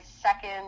second